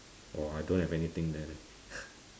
orh I don't have anything there leh